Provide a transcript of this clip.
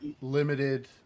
limited